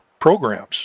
programs